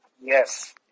Yes